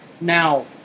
now